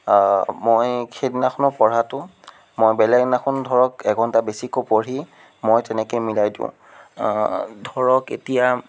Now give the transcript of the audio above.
মই সেইদিনাখনৰ পঢ়াটো মই বেলেগ এদিনাখন ধৰক এঘণ্টা বেছিকৈ পঢ়ি মই তেনেকে মিলাই দিওঁ ধৰক এতিয়া